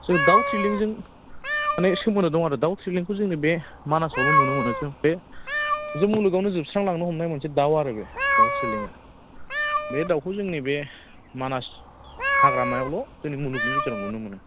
जों दाउ थ्रिलिंजों माने सोमोन्दो दङ आरो दाउ थ्रिलिंखौ जोंनि बे मानासावल' नुनो मोनो बे बे मुलुगआवनो जोबस्रांलांनो हमनाय मोनसे दाउ आरो बे दाउ थ्रिलिंआ बे दाउखौ जोंनि बे मानास हाग्रामायावल' जोंनि मुलुगनि बिथोराव नुनो मोनो